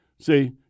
See